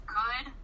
good